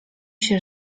się